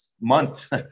month